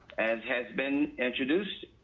as has been introduced,